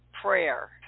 prayer